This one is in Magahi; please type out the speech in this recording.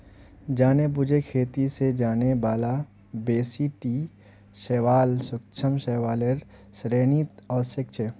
जानेबुझे खेती स जाने बाला बेसी टी शैवाल सूक्ष्म शैवालेर श्रेणीत ओसेक छेक